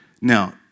Now